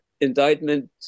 indictment